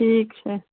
ठीक छै